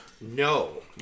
No